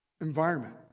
environment